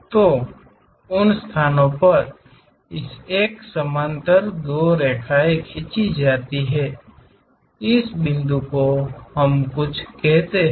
तो उन स्थानों पर इस एक के समानांतर दो रेखाएँ खींची जाती हैं इस बिंदु को हम कुछ कहते हैं